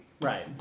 right